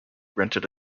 rented